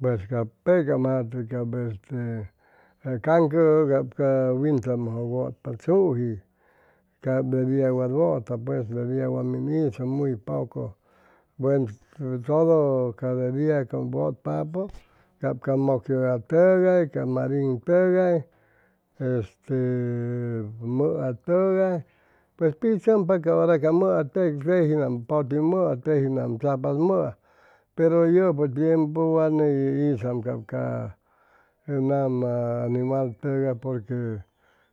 Pues ca pecam jate cap este ca caŋ ca wintzamʉ wʉtpa tzuji cap de dia wat wʉta pues de dia wamin hizʉ muy poco todo cada de dia wʉtpapʉ cap ca mʉkyʉlla tʉgay ca mirin tʉgay este mʉa tʉgay pues pichʉmpa ca hora ca mʉa tejinam poti mʉa tiji nam chapatzm mʉa peru yʉpʉ tiempu wa ni hizam ap ca nama animal tʉgay porque